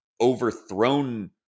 overthrown